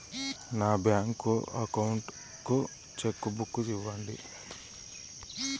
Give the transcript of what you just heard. నా bank account కు cheque book ఇవ్వండి